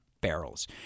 barrels